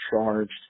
charged